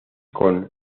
con